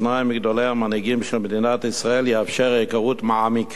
מגדולי המנהיגים של מדינת ישראל יאפשר היכרות מעמיקה